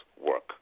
work